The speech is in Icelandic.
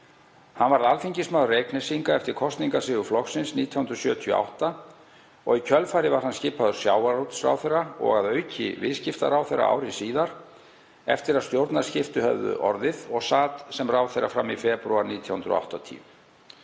Hann varð alþingismaður Reyknesinga eftir kosningasigur flokksins 1978 og í kjölfarið var hann skipaður sjávarútvegsráðherra og að auki viðskiptaráðherra ári síðar eftir að stjórnarskipti höfðu orðið og sat sem ráðherra fram í febrúar 1980.